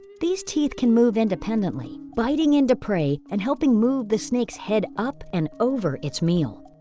these teeth can move independently, biting into prey, and helping move the snake's head up and over its meal.